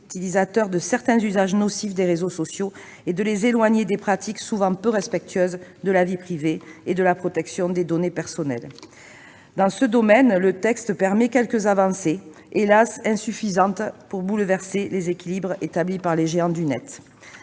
utilisateurs de certains usages nocifs des réseaux sociaux et de les éloigner de pratiques souvent peu respectueuses de la vie privée et de la protection des données personnelles. Dans ce domaine, le texte permet quelques avancées, hélas insuffisantes pour bouleverser les équilibres établis par les géants du net.